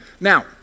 Now